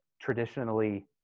traditionally